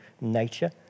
nature